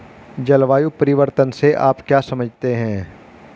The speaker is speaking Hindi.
जलवायु परिवर्तन से आप क्या समझते हैं?